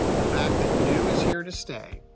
the fact that new is here to stay,